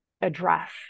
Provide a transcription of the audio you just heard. address